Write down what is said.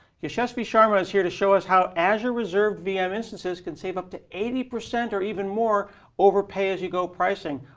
yashesvi sharma is here to show us how azure reserved vm instances can save up to eighty percent or even more overpay as you go pricing.